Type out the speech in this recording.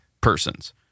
persons